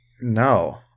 No